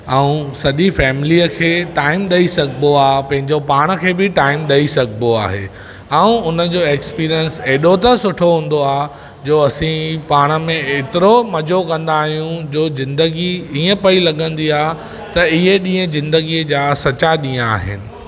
ऐं सॾी फैम्लीअ खे टाइम ॾेई सघिबो आहे पंहिंजे पाण खे बि टाइम ॾेई सघिबो आहे ऐं उनजो एक्पेरियंस त ऐॾो त सुठो हुन्दो आहे जो असीं पाण में एतिरो मज़ो कन्दा आहियूं जो ज़िंदगी ईंअ पई लघिन्दी आहे त उहे ॾींहुं ज़िंदगीअ जा सच्चा ॾींहुं आहिनि